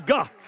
God